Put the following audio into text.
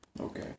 Okay